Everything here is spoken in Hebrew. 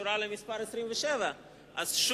שקשורה למספר 27. אז,